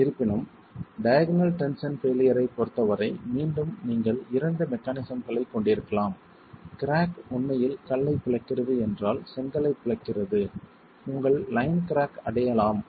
இருப்பினும் diagonal tension பெய்லியர்ரைப் பொறுத்தவரை மீண்டும் நீங்கள் இரண்டு மெக்கானிசம்களைக் கொண்டிருக்கலாம் கிராக் உண்மையில் கல்லைப் பிளக்கிறது என்றால் செங்கலைப் பிளக்கிறது உங்கள் லைன் கிராக் அடையலாம்